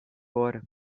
agora